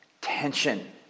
tension